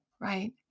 right